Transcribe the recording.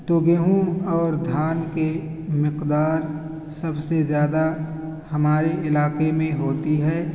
تو گیہوں اور دھان کے مقدار سب سے زیادہ ہمارے علاقے میں ہوتی ہے